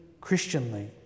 Christianly